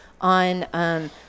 on –